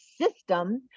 system